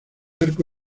arco